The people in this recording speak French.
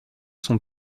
son